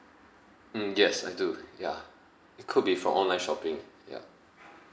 mm yes I do ya it could be from online shopping ya